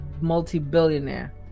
multi-billionaire